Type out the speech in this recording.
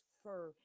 fur